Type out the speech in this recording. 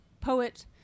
poet